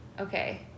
Okay